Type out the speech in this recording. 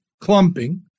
clumping